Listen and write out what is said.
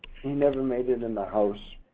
he never made it in the house